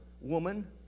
woman